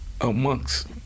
amongst